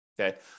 Okay